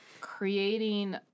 creating